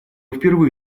впервые